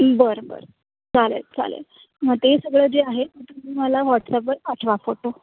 बरं बरं चालेल चालेल मग ते सगळं जे आहे ते तुम्ही मला व्हॉट्सअपवर पाठवा फोटो